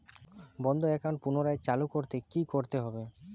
বন্ধ একাউন্ট পুনরায় চালু করতে কি করতে হবে?